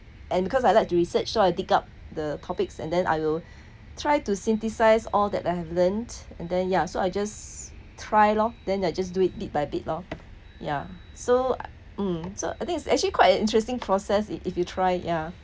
and because I like to research so I dig up the topics and then I will try to synthesise all that I have learnt and then ya so I just try lor then I just do it bit by bit lor ya so mm I think is actually quite an interesting process if if you try ya